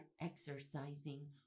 exercising